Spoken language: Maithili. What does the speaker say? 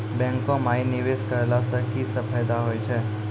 बैंको माई निवेश कराला से की सब फ़ायदा हो छै?